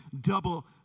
double